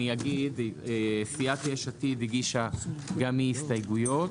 סעיף 15 להסתייגויות.